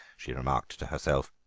she remarked to herself.